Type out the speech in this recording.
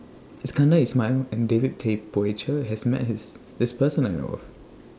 Iskandar Ismail and David Tay Poey Cher has Met His This Person that I know of